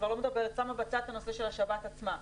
אני כבר לא מדברת ושמה בצד את הנושא של השבת עצמה.